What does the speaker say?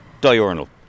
diurnal